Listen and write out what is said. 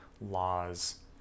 laws